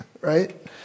right